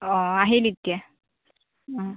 অ আহিল এতিয়া ও